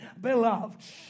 beloved